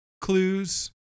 clues